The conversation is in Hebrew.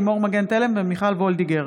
לימור מגן תלם ומיכל וולדיגר